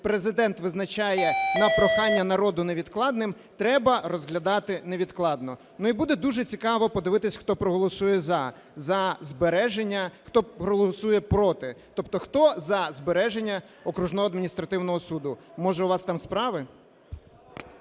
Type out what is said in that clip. Президент визначає, на прохання народу, невідкладним, треба розглядати невідкладно. І буде дуже цікаво подивитись хто проголосує "за" збереження, і хто проголосує "проти". Тобто хто за збереження Окружного адміністративного суду, може у вас там справи?